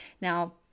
Now